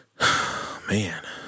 man